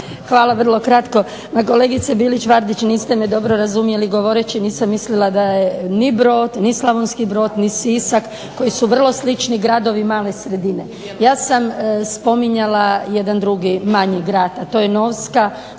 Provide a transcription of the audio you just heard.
Hvala, vrlo kratko. Pa kolegice Bilić Vardić niste me dobro razumjeli. govoreći nisam mislila da je ni Brod, ni Slavonski Brod, ni Sisak koji su vrlo slični gradovi male sredine. Ja sam spominjala jedan drugi manji grad, a to je Novska